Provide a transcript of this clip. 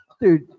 Dude